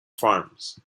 farms